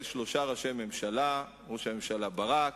שלושה ראשי ממשלה: ראש הממשלה ברק,